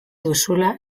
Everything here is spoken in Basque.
duzula